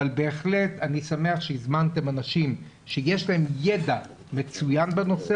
אבל בהחלט אני שמח שהזמנתם אנשים שיש להם ידע מצוין בנושא